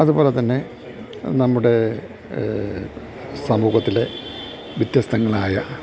അതുപോലെ തന്നെ നമ്മുടെ സമൂഹത്തിലെ വ്യത്യസ്തങ്ങളായ